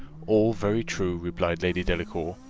all very true, replied lady delacour.